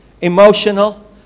emotional